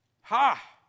ha